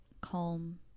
calm